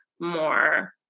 more